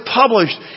published